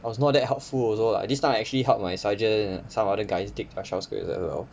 I was not that helpful also lah this time I actually helped my sergeant some other guys dig their shell scrape as well